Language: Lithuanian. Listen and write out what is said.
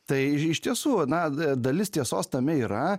tai iš tiesų na dalis tiesos tame yra